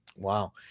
Wow